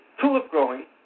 Tulip-growing